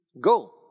go